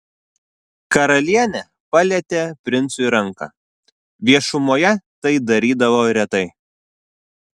karalienė palietė princui ranką viešumoje tai darydavo retai